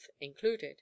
included